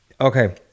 Okay